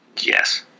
Yes